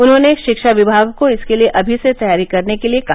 उन्होंने शिक्षा विभाग को इसके लिये अभी से तैयारी करने के लिये कहा